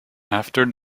after